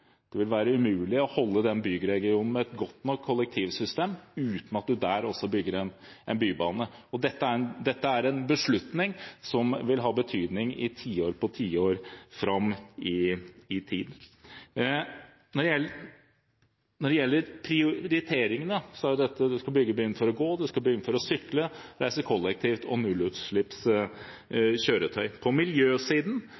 Det vil være umulig å holde den byregionen med et godt nok kollektivsystem uten at man også der bygger en bybane. Dette er en beslutning som vil ha betydning i tiår etter tiår fram i tid. Når det gjelder prioriteringene, skal det bygges for å kunne gå og sykle, reise kollektivt og for nullutslippskjøretøy. På miljøsiden må mye av statens politikk handle om å delegere mer makt til byene. Det er mange prosjekter og